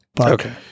Okay